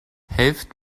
helft